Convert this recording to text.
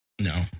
No